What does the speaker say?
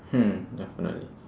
hmm definitely